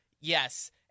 Yes